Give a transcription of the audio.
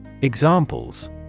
Examples